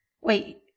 Wait